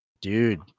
dude